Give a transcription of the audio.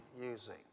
using